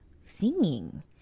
singing